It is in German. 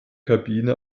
kabine